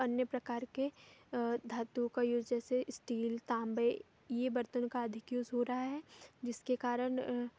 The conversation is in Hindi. अन्य प्रकार के धातुओं का यूज़ जैसे स्टील ताँबे ये बर्तनों का अधिक यूज़ हो रहा है जिसके कारण